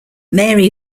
mary